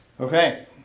Okay